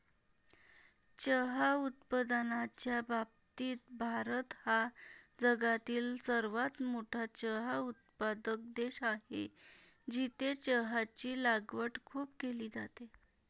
चहा उत्पादनाच्या बाबतीत भारत हा जगातील सर्वात मोठा चहा उत्पादक देश आहे, जिथे चहाची लागवड खूप केली जाते